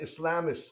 Islamists